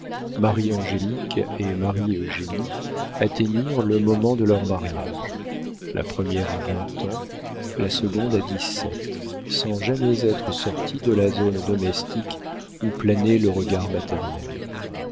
filles marie angélique et marie eugénie atteignirent le moment de leur mariage la première à vingt ans la seconde à dix-sept sans jamais être sorties de la zone domestique où planait le regard maternel